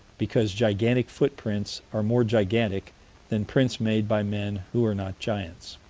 because gigantic footprints are more gigantic than prints made by men who are not giants.